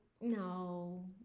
no